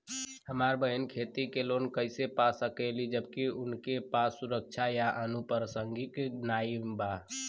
हमार बहिन खेती के लोन कईसे पा सकेली जबकि उनके पास सुरक्षा या अनुपरसांगिक नाई बा?